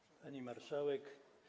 Pani Marszałek!